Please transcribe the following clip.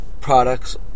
products